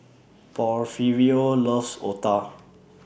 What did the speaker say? Porfirio loves Otah